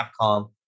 Capcom